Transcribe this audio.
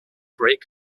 great